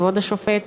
כבוד השופט,